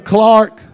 Clark